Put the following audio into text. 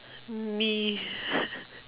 me